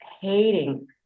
hating